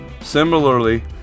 similarly